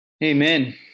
Amen